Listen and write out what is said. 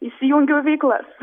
įsijungiau į veiklas